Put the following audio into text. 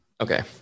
okay